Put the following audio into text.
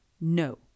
no